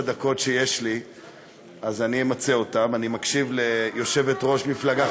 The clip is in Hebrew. כי אני אסיים את הקדנציה הזאת כראש הוועדה ואני מקווה שאני אעבור לתפקיד